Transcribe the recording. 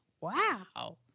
Wow